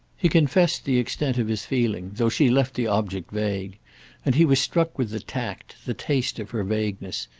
he confessed the extent of his feeling, though she left the object vague and he was struck with the tact, the taste of her vagueness,